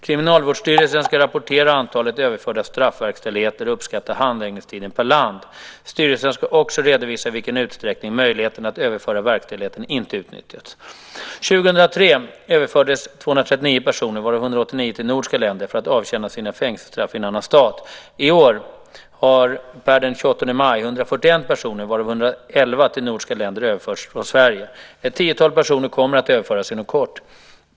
Kriminalvårdsstyrelsen ska rapportera antalet överförda straffverkställigheter och uppskatta handläggningstiden per land. Styrelsen ska också redovisa i vilken utsträckning möjligheten att överföra verkställigheten inte utnyttjats. År 2003 överfördes 239 personer, varav 189 till nordiska länder, för att avtjäna sina fängelsestraff i en annan stat. I år har, per den 28 maj, 141 personer, varav 111 till nordiska länder, överförts från Sverige. Ett tiotal personer kommer att överföras inom kort.